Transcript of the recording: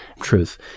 Truth